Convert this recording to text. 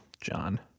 John